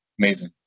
Amazing